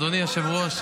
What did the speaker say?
אדוני היושב-ראש,